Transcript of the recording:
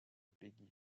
peggy